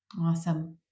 Awesome